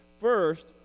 First